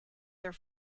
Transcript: their